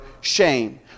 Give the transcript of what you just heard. shame